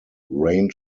rain